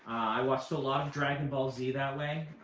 i watched a lot of dragon ball z that way,